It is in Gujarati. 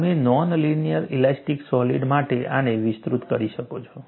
તમે નોન લિનિયર ઇલાસ્ટિક સોલિડ માટે આને વિસ્તૃત કરી શકો છો